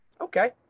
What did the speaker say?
okay